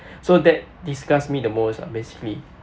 so that disgust me the most lah basically